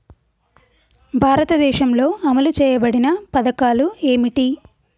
భారతదేశంలో అమలు చేయబడిన పథకాలు ఏమిటి?